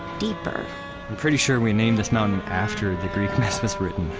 deeper i'm pretty sure we named this mountain after the greek myth was written